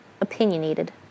opinionated